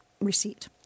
receipt